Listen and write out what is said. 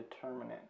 determinant